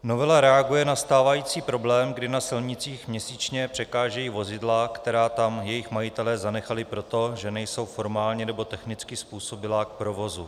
Novela reaguje na stávající problém, kdy na silnicích měsíčně překážejí vozidla, která tam jejich majitelé zanechali, protože nejsou formálně nebo technicky způsobilá k provozu.